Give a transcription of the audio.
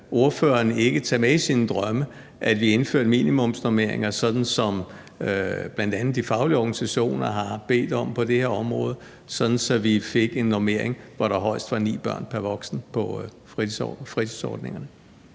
ordføreren ikke tage det med i sine drømme, at vi indførte minimumsnormeringer, sådan som bl.a. de faglige organisationer på det her område har bedt om, sådan at vi fik en normering, hvor der højst var ni børn pr. voksen på fritidsordningerne?